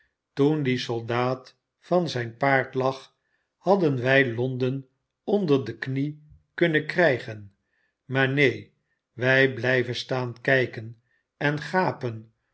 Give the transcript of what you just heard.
toen die soldaat van zijn paard lag hadden wij londen onder de knie kunnen krijgen maar neen wij blijven staan kijken en gapen